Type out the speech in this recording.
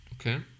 Okay